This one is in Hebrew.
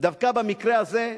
דווקא במקרה הזה,